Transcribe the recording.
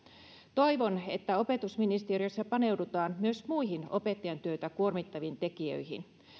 toivon että opetusministeriössä paneudutaan myös muihin opettajan työtä kuormittaviin tekijöihin